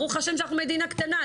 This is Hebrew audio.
ברוך השם שאנחנו מדינה קטנה.